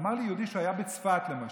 אמר לי יהודי שהוא היה בצפת, למשל.